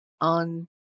on